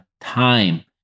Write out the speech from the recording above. time